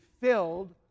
filled